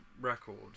record